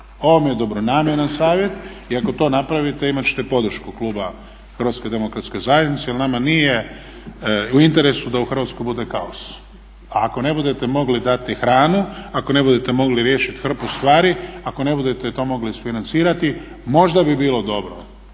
Ovo mi je dobronamjeran savjet i ako to napravite imat ćete podršku kluba HDZ-a jel nama nije u interesu da u Hrvatskoj bude kaos. A ako ne budete mogli dati hranu, ako ne budete mogli riješit hrpu stvari, ako ne budete to mogli isfinancirati možda bi bilo dobro